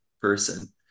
person